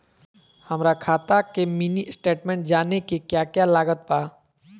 हमरा खाता के मिनी स्टेटमेंट जानने के क्या क्या लागत बा?